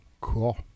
cool